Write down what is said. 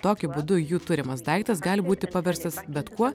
tokiu būdu jų turimas daiktas gali būti paverstas bet kuo